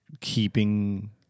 keeping